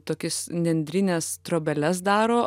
tokis nendrines trobeles daro